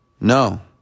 No